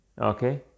Okay